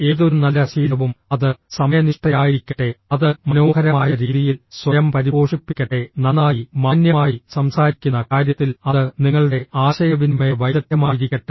ഏതൊരു നല്ല ശീലവും അത് സമയനിഷ്ഠയായിരിക്കട്ടെ അത് മനോഹരമായ രീതിയിൽ സ്വയം പരിപോഷിപ്പിക്കട്ടെ നന്നായി മാന്യമായി സംസാരിക്കുന്ന കാര്യത്തിൽ അത് നിങ്ങളുടെ ആശയവിനിമയ വൈദഗ്ധ്യമായിരിക്കട്ടെ